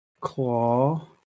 claw